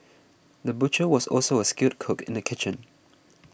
the butcher was also a skilled cook in the kitchen